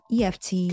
EFT